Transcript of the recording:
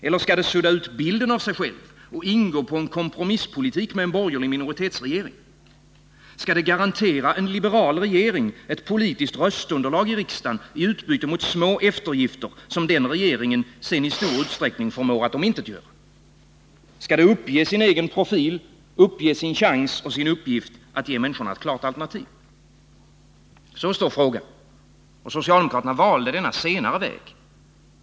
Eller skall det sudda ut bilden av sig självt och ingå en kompromisspolitik med en borgerlig minoritetsregering? Skall det garantera en liberal regering ett politiskt röstunderlag i riksdagen i utbyte mot små eftergifter, som den regeringen sedan i stor utsträckning förmår omintetgöra? Skall det uppge sig egen profil, uppge sin chans och sin uppgift att ge människorna ett klart alternativ? Så står frågan, och socialdemokraterna valde denna senare väg.